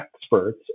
experts